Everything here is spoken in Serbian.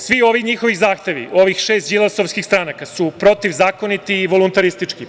Svi ovi njihovi zahtevi, ovih šest đilasovskih stranaka, su protivzakoniti i voluntaristički.